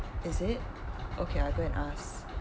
is it okay I will go and ask